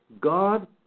God